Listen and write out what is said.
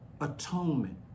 Atonement